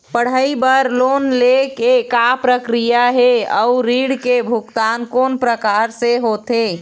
पढ़ई बर लोन ले के का प्रक्रिया हे, अउ ऋण के भुगतान कोन प्रकार से होथे?